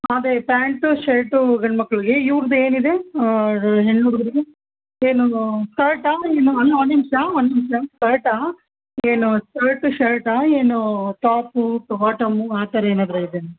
ಅದೇ pant shirt ಗಂಡು ಮಕ್ಕಳಿಗೆ ಇವ್ರ್ದು ಏನಿದೆ ಹೆಣ್ಣು ಹುಡುಗ್ರದು ಏನು ಸ್ಕರ್ಟಾ ಇಲ್ಲಾ ಅಲ್ಲ ಒಂದು ನಿಮಿಷ ಒಂದು ನಿಮಿಷ ಸ್ಕರ್ಟಾ ಏನು ಸ್ಕರ್ಟು ಶರ್ಟಾ ಏನು ಟಾಪು ಬಾಟಮ್ಮು ಆ ಥರ ಏನಾದ್ರೂ ಇದೇನಾ